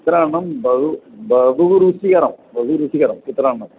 चित्रान्नं बहु बहु रुचिकरं बहु रुचिकरं चित्रान्नं